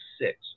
six